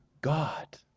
God